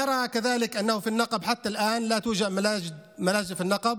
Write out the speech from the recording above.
אנחנו רואים גם שבנגב עד היום אין מקלטים בכפרים הלא-מוכרים,